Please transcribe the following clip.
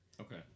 Okay